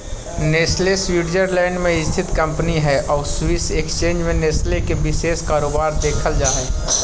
Nestle Switzerland में स्थित company हइ आउ स्विस एक्सचेंज में नेस्ले के विशेष कारोबार देखल जा हइ